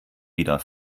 wieder